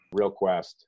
realquest